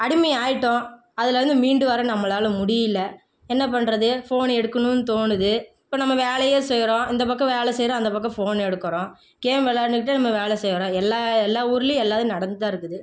அடிமை ஆகிட்டோம் அதிலேருந்து மீண்டு வர நம்மளால் முடியல என்ன பண்ணுறது ஃபோனு எடுக்கணும்னு தோணுது இப்போ நம்ம வேலையே செய்கிறோம் இந்த பக்கம் வேலை செய்கிறோம் அந்த பக்கம் ஃபோன் எடுக்கிறோம் கேம் விளையாண்டுக்கிட்டே நம்ம வேலை செய்கிறோம் எல்லா எல்லா ஊருலேயும் எல்லா இது நடந்துகிட்டுதான் இருக்குது